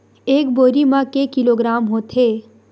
एक बोरी म के किलोग्राम होथे?